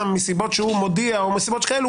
מסיבות שהוא מודיע או מסיבות שכאלו,